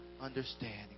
understanding